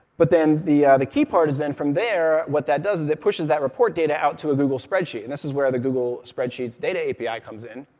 but then, the ah the key part is then, from there, what that does is that it pushes that report data out to a google spreadsheet, and this is where the google spreadsheets data api comes in.